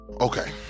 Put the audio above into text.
Okay